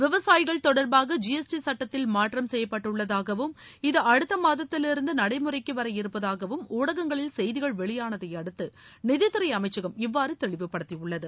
விவசாயிகள் தொடர்பாக ஜிஎஸ்டி சுட்டத்தில் மாற்றம் செய்யப்பட்டுள்ளதாகவும் இது அடுத்த மாதத்திலிருந்து நடைமுறைக்கு வர இருப்பதாகவும் ஊடகங்களில் செய்திகள் வெளியானதை அடுத்து நிதித்துறை அமைச்சகம் இவ்வாறு தெளிவுபடுத்தியுள்ளது